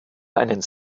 einen